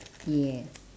yes